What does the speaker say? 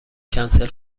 کنسل